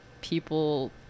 people